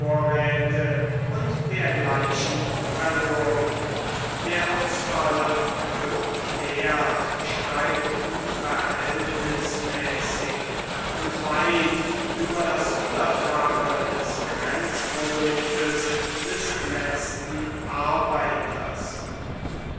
u dgl verloren der ausfall an produktwert steigt unverhältnismäßig und weit über das hundertfache des grenzproduktes des letzten arbeiters